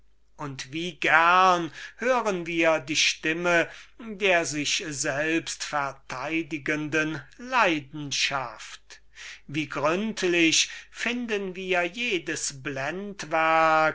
und wie gerne hören wir die stimme der sich selbst verteidigenden leidenschaft wie gründlich finden wir jedes blendwerk